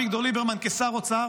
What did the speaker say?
אביגדור ליברמן כשר אוצר,